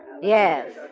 Yes